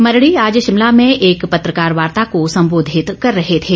मरड़ी आज शिमला में एक पत्रकार वार्ता को सम्बोधित कर रहे थे